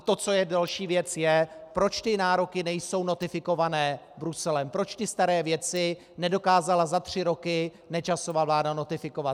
To, co je další věc, je, proč ty nároky nejsou notifikované Bruselem, proč ty staré věci nedokázala za tři roky Nečasova vláda notifikovat.